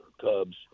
Cubs